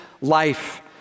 life